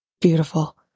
beautiful